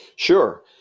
Sure